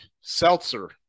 seltzer